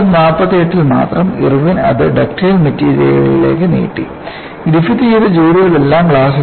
1948 ൽ മാത്രം ഇർവിൻ ഇത് ഡക്റ്റൈൽ മെറ്റീരിയലുകളിലേക്ക് നീട്ടി ഗ്രിഫിത്ത് ചെയ്ത ജോലികൾ എല്ലാം ഗ്ലാസിലായിരുന്നു